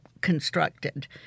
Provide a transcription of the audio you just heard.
constructed